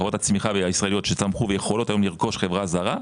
חברות הצמיחה הישראליות שצמחו ויכולות היום לרכוש חברה זרה,